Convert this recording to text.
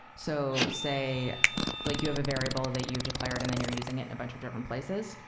so say like you have a variable that you've declared and then you're using it in a bunch of different places,